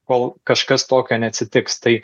kol kažkas tokio neatsitiks tai